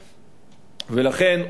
ולכן,